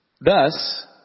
Thus